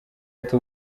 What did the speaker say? ati